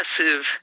massive